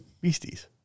Beasties